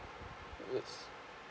uh yes